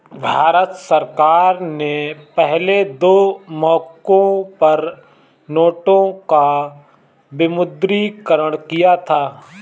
भारत सरकार ने पहले दो मौकों पर नोटों का विमुद्रीकरण किया था